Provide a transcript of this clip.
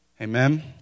Amen